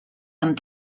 amb